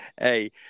hey